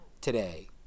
today